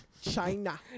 China